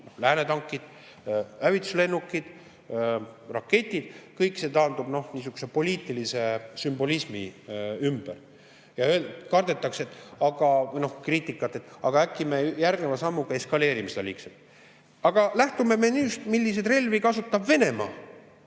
lääne tankid, hävituslennukid, raketid. Kõik taandub niisuguse poliitilise sümbolismi ümber ja kardetakse kriitikat, et aga äkki me järgneva sammuga eskaleerime seda liigselt. Aga lähtume menüüst, milliseid relvi kasutab Venemaa.